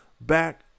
back